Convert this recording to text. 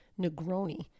negroni